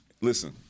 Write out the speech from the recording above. listen